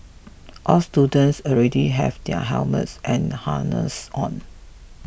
all students already have their helmets and harnesses on